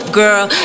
girl